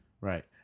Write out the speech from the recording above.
Right